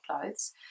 clothes